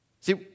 See